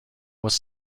was